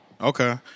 Okay